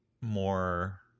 more